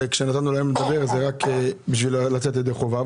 ונתנו להם לדבר רק כדי לצאת ידי חובה,